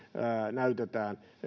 näytetään